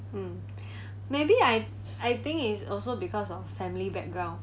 um maybe I I think is also because of family background